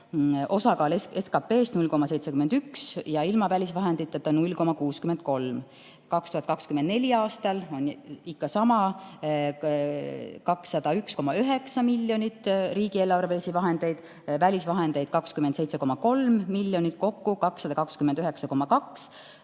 Osakaal SKP-s 0,71% ja ilma välisvahenditeta 0,63%. 2024. aastal on ikka sama: 201,9 miljonit riigieelarvelisi vahendeid ja välisvahendeid 27,3 miljonit, kokku 229,2 miljonit